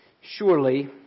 Surely